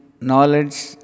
knowledge